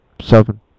seven